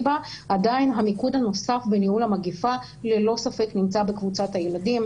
בה עדיין המיקוד הנוסף בניהול המגפה ללא ספק נמצא בקבוצת הילדים.